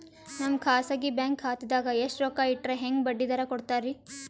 ನಮ್ಮ ಖಾಸಗಿ ಬ್ಯಾಂಕ್ ಖಾತಾದಾಗ ಎಷ್ಟ ರೊಕ್ಕ ಇಟ್ಟರ ಹೆಂಗ ಬಡ್ಡಿ ದರ ಕೂಡತಾರಿ?